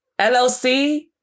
LLC